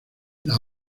las